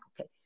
okay